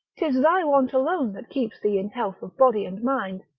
tis thy want alone that keeps thee in health of body and mind,